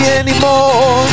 anymore